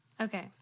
Okay